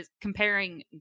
comparing